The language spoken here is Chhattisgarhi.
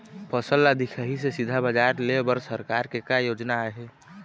फसल ला दिखाही से सीधा बजार लेय बर सरकार के का योजना आहे?